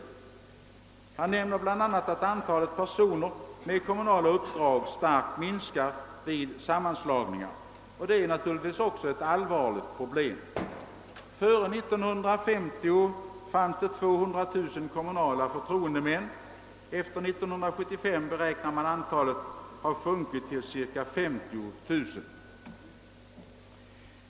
Statsrådet nämner bl.a. att antalet personer med kommunala upp drag starkt minskar vid sammanläggningar. Ja, detta är ett allvarligt problem. Före 1950 fanns det 200 000 kommunala förtroendemän. Efter 1975 beräknas antalet ha sjunkit till cirka 50 000.